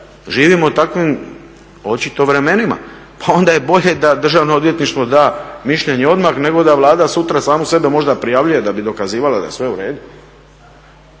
živimo u takvim očito vremenima, pa onda je bolje da državno odvjetništvo da mišljenje odmah nego da Vlada sutra samu sebi možda prijavljuje da bi dokazivala da je sve u redu.